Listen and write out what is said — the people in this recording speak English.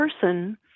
person